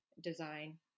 design